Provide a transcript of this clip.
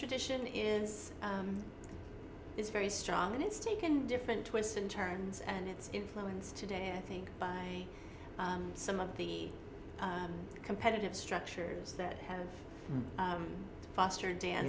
tradition is is very strong and it's taken different twists and turns and its influence today i think by some of the competitive structures that have fostered dan